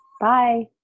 Bye